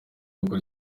gukora